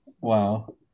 Wow